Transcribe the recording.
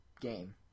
game